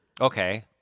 Okay